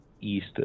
east